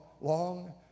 long